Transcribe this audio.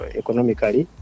economically